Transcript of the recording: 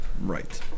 Right